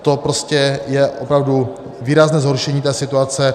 To prostě je opravdu výrazné zhoršení té situace.